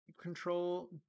control